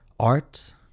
Art